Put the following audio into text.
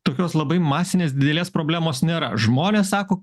tokios labai masinės didelės problemos nėra žmonės sako